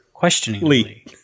Questioningly